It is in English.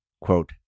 quote